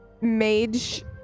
mage